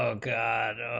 ah god